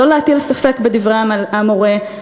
לא להטיל ספק בדברי המורה,